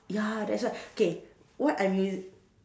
ya that's why okay what I'm in